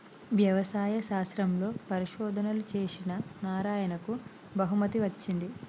వ్యవసాయ శాస్త్రంలో పరిశోధనలు చేసిన నారాయణకు బహుమతి వచ్చింది